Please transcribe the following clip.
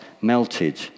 melted